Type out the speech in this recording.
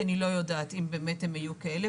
כי אני לא יודעת אם באמת הם היו כאלה,